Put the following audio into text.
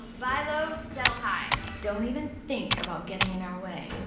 buy low, sell high. don't even think about getting in our way.